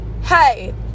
hey